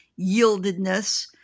yieldedness